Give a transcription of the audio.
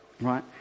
right